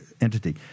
entity